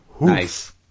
Nice